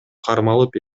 кармалып